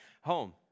home